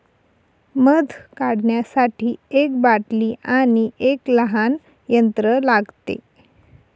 मध काढण्यासाठी एक बाटली आणि एक लहान यंत्र लागते